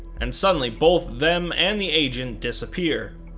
and suddenly both them and the agent disappear,